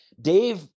Dave